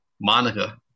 Monica